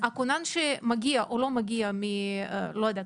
הכונן שמגיע אול לא מגיע מלא יודעת,